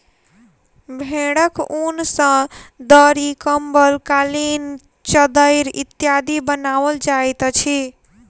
भेंड़क ऊन सॅ दरी, कम्बल, कालीन, चद्दैर इत्यादि बनाओल जाइत अछि